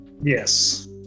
Yes